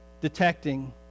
detecting